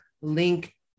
link